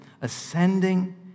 ascending